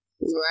Right